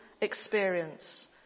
experience